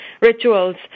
rituals